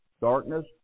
Darkness